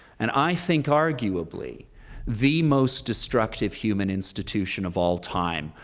and i think arguably the most destructive human institution of all time,